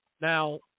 Now